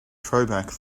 throwback